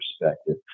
perspective